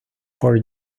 por